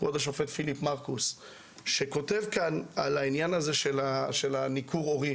כבוד השופט פיליפ מרכוס שכותב כאן על העניין של הניכור ההורי.